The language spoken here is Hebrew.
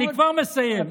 אני כבר מסיים.